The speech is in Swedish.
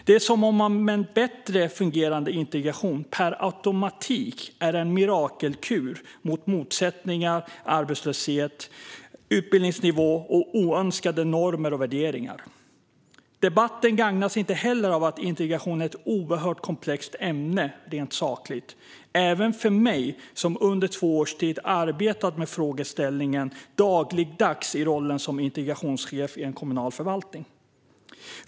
Det är som om en bättre fungerande integration per automatik är en mirakelkur mot motsättningar, arbetslöshet, utbildningsnivå och oönskade normer och värderingar. Debatten gagnas inte heller av att integration rent sakligt är ett oerhört komplext ämne, även för mig som under två års tid dagligdags har arbetat med frågeställningen i rollen som integrationschef i en kommunal förvaltning.